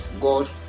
God